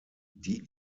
die